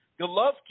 Golovkin